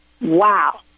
wow